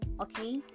okay